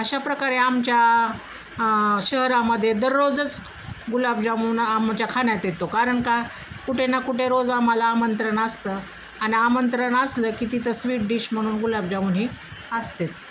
अशा प्रकारे आमच्या शहरामध्ये दररोजच गुलाबजामुन आमच्या खाण्यात येतो कारण का कुठे ना कुठे रोज आम्हाला आमंत्रण असतं आणि आमंत्रण असलं की तिथं स्वीट डिश म्हणून गुलाबजामून ही असतेच